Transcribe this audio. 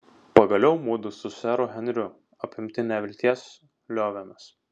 pagaliau mudu su seru henriu apimti nevilties liovėmės